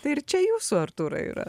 tai ir čia jūsų artūrai yra